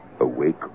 awake